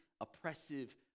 oppressive